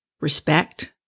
respect